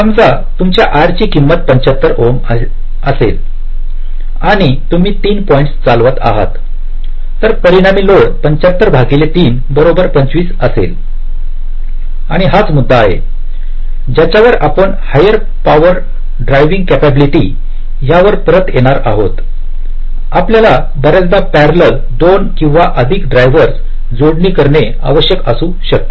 समजा तुमच्या R ची किंमत 75 ओहम असेल आणि तुम्ही 3 पॉईंट्स चालवत आहात तर परिणामी लोड बरोबर 25 असेल आणि हाच मुद्दा आहे ज्याच्यावर आपण हायर पॉवर ड्रायव्हिंग कॅपाबिलिटी यावर परत येणार आहोत आपल्याला बर्याचदा पॅरलल 2 किंवा अधिक ड्रायव्हर्स जोडणी करणे आवश्यक असू शकते